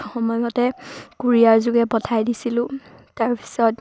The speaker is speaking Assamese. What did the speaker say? সময়মতে কুৰীয়াৰ যোগে পঠাই দিছিলোঁ তাৰপিছত